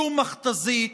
שום מכת"זית